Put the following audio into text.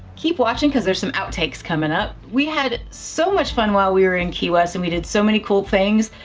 keep watching cause there's some outtakes coming up. we had so much fun while we were in key west and we did so many cool things,